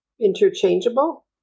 interchangeable